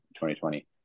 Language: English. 2020